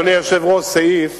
אדוני היושב-ראש, סעיף